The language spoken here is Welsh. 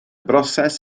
broses